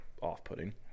off-putting